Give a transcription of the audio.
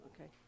Okay